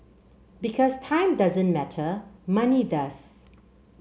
because time doesn't matter money does